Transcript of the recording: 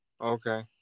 okay